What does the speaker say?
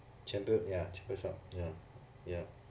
全部 ya 全部 swab